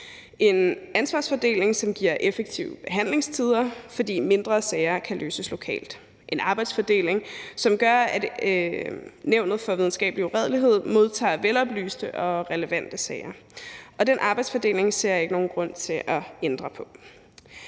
en ansvarsfordeling, som giver effektive behandlingstider, fordi mindre sager kan løses lokalt, og en arbejdsfordeling, som gør, at Nævnet for Videnskabelig Uredelighed modtager veloplyste og relevante sager, og den arbejdsfordeling ser jeg ikke nogen grund til at ændre på.